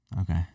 Okay